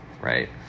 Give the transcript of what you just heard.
right